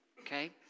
okay